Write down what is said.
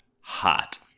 hot